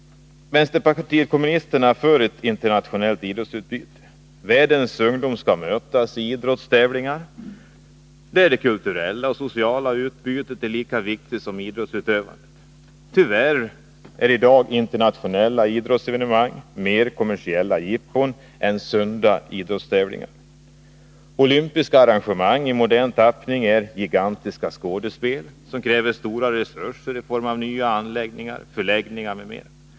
Vänsterpartiet kommunisterna är för ett internationellt idrottsutbyte. Världens ungdom skall mötas i idrottstävlingar, där det kulturella och sociala utbytet är lika viktigt som idrottsutövandet. Tyvärr är i dag internationella idrottsevenmang mer kommersiella jippon än sunda idrottstävlingar. Olympiska arrangemang i modern tappning är gigantiska skådespel som kräver stora resurser i form av nya anläggningar, förläggningar m.m.